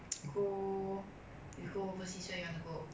go you go overseas where you want to go